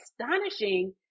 astonishing